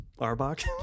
Arbok